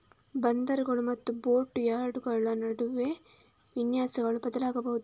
ಬಂದರುಗಳು ಮತ್ತು ಬೋಟ್ ಯಾರ್ಡುಗಳ ನಡುವೆ ವಿನ್ಯಾಸಗಳು ಬದಲಾಗಬಹುದು